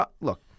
look